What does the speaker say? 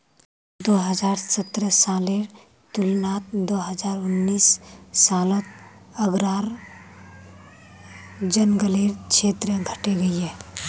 दो हज़ार सतरह सालेर तुलनात दो हज़ार उन्नीस सालोत आग्रार जन्ग्लेर क्षेत्र घटे गहिये